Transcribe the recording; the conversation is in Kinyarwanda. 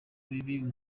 biba